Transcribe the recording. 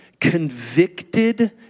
convicted